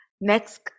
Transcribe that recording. next